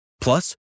Plus